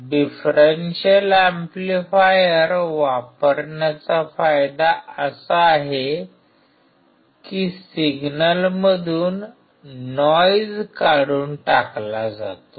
differential amplifier वापरण्याचा फायदा असा आहे की सिग्नलमधून नॉइज काढून टाकला जातो